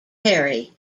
harry